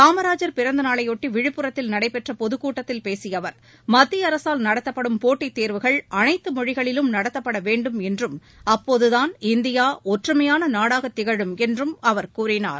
காமராஜர் பிறந்தநாளையொட்டி விழுப்புரத்தில் நடைபெற்ற பொதுக் கூட்டத்தில் பேசிய அவர் மத்திய அரசால் நடத்தப்படும் போட்டித் தேர்வுகள் அனைத்து மொழிகளிலும் நடத்தப்பட வேண்டும் என்றும் அப்போதுதான் இந்தியா ஒற்றுமையான நாடாகத் திகழும் என்றும் அவர் கூறினார்